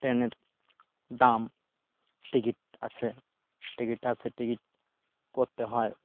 ট্রেনের দাম টিকিট আছে টিকিট আছে টিকিট করতে হয়